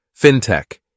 fintech